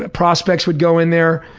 ah prospects would go in there,